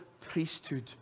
priesthood